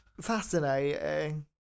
Fascinating